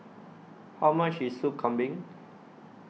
How much IS Sup Kambing